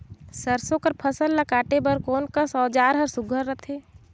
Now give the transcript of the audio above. सरसो कर फसल ला काटे बर कोन कस औजार हर सुघ्घर रथे?